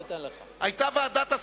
היתה ועדת הסכמות.